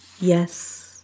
Yes